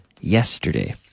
yesterday